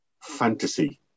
fantasy